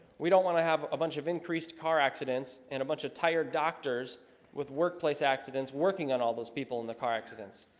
we don't want to have a bunch of increased car accidents and a bunch of tired doctors with workplace accidents working on all those people in the car accidents.